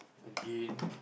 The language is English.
again